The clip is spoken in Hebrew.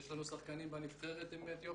יש לנו שחקנים בנבחרת מאתיופיה,